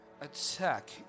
Attack